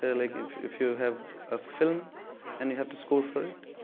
like if if you have a film and you have to score for it,